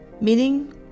Meaning